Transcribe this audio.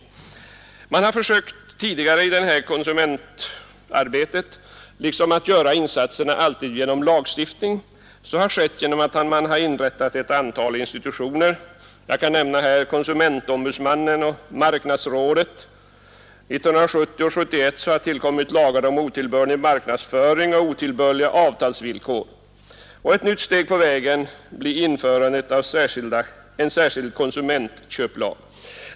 Tidigare har insatserna i konsumentarbetet tagit formen av lagstiftning och inrättande av ett antal institutioner. Jag kan nämna konsumentombudsmannen och marknadsrådet. Åren 1970 och 1971 tillkom lagar om otillbörlig marknadsföring och otillbörliga avtalsvillkor. Ett nytt steg på vägen blir införandet av en särskild konsumentköplag.